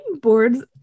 boards